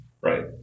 Right